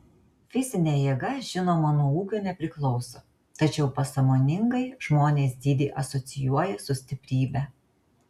fizinė jėga žinoma nuo ūgio nepriklauso tačiau pasąmoningai žmonės dydį asocijuoja su stiprybe